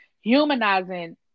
humanizing